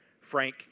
Frank